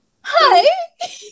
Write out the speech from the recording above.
hi